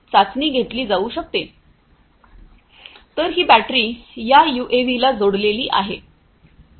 तर ही बॅटरी या यूएव्हीला जोडलेली आहे